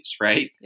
right